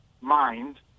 mind